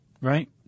right